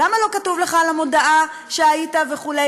למה לא כתוב לך על המודעה שהיית וכו'?